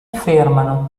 fermano